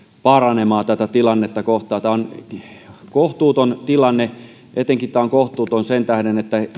paranemaan tätä tilannetta kohtaan tämä on kohtuuton tilanne tämä on kohtuuton etenkin sen tähden että